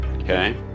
Okay